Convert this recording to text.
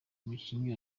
umukinnyi